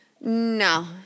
No